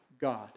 god